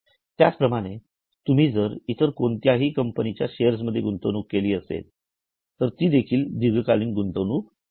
त्याचप्रमाणे तुम्ही जर इतर कोणत्याही कंपनीच्या शेअर्समध्ये गुंतवणूक केली असेल तर ती दीर्घकालीन गुंतवणूक असते